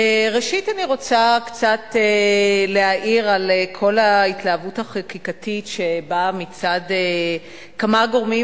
ראשית אני רוצה קצת להעיר על כל ההתלהבות החקיקתית שבאה מצד כמה גורמים,